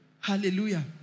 Hallelujah